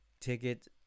ticket